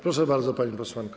Proszę bardzo, pani posłanko.